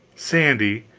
sandy!